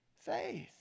Faith